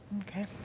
Okay